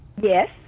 Yes